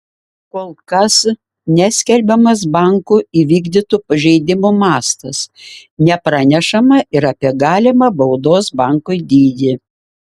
kol kas neskelbiamas banko įvykdytų pažeidimų mastas nepranešama ir apie galimą baudos bankui dydį